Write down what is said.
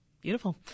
Beautiful